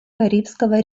карибского